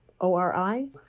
ORI